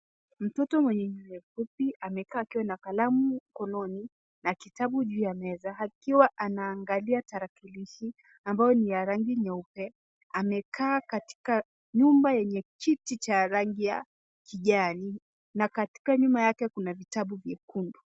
Mtoto mwenye nywele fupi amekaa akiwa na kalamu mkononi na kitabu juu ya meza akiwa anaangalia tarakilishi ambayo ni ya rangi nyeupe. Amekaa katika nyumba yenye kiti cha rangi ya kijani na katika nyuma yake kuna vitabu vyekundu.